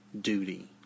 duty